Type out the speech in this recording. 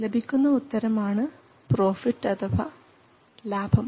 ലഭിക്കുന്ന ഉത്തരം ആണ് ആണ് പ്രോഫിറ്റ് അഥവാ ലാഭം